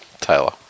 Taylor